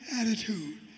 attitude